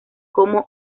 como